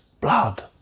blood